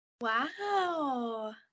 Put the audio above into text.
Wow